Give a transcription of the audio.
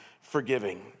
forgiving